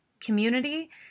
community